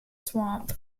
swamp